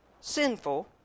sinful